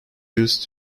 used